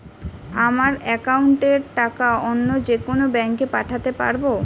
আমার একাউন্টের টাকা অন্য যেকোনো ব্যাঙ্কে পাঠাতে পারব?